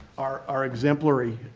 are are exemplary